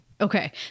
okay